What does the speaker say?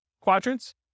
quadrants